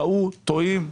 טעו, טועים.